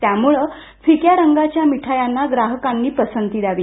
त्यामुळे फिक्या रंगाच्या मिठायांना ग्राहकांनी पसंती द्यावी